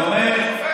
אני אומר,